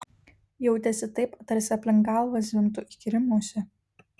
jautėsi taip tarsi aplink galvą zvimbtų įkyri musė